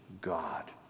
God